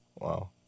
Wow